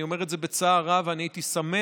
אני אומר את זה בצער רב, ואני הייתי שמח